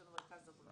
יש לנו מרכז הדרכה.